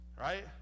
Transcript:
Right